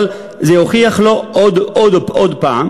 אבל זה הוכיח לו עוד הפעם,